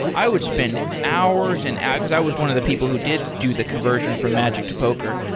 i would spend hours and and because i was one of the people who did do the conversion from magic to poker.